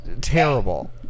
Terrible